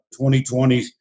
2020